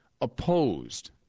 opposed